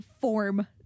form